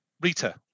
Rita